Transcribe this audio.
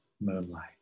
moonlight